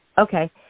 okay